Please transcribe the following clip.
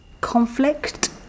conflict